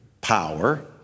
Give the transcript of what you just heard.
Power